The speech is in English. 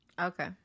okay